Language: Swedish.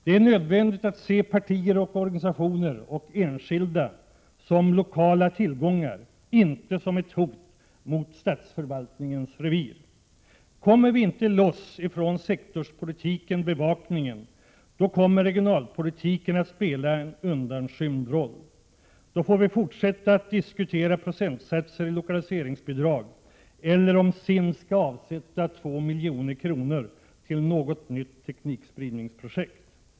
Det är nödvändigt att se partier, organisationer och enskilda som lokala tillgångar, inte som ett hot mot statsförvaltningens revir. Om vi inte kommer loss från sektorspolitiken/bevakningen, kommer regionalpolitiken att spela en undanskymd roll. Då får vi fortsätta att diskutera procentsatser i lokaliseringsbidrag eller huruvida SIND skall avsätta 2 milj.kr. till något nytt teknikspridningsprojekt.